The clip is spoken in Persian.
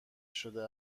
شده